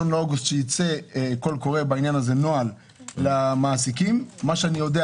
באוגוסט ולא יצא קול קורא בעניין הזה נוהל למעסיקים עד כמה שאני יודע,